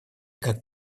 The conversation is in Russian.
как